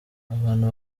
abantu